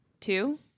Two